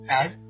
add